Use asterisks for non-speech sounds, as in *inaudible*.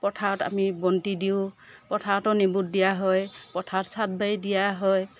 পথাৰত আমি বন্তি দিওঁ পথাৰতো নেবুট দিয়া হয় পথাৰত চাড *unintelligible* দিয়া হয়